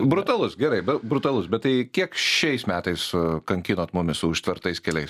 brutalus gerai be brutalus bet tai kiek šiais metais kankinot mumis su užtvertais keliais